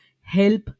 help